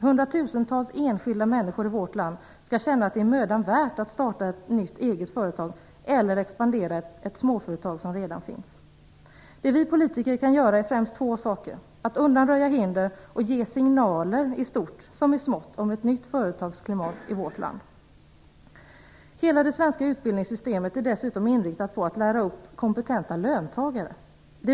Hundratusentals enskilda människor i vårt land skall känna att det är mödan värt att starta ett nytt eget företag eller expandera ett småföretag som redan finns. Det vi politiker kan göra är främst två saker, nämligen att undanröja hinder och ge signaler i stort som i smått om ett nytt företagsklimat i vårt land. Hela det svenska utbildningssystemet är dessutom inriktat på att lära upp kompetenta löntagare.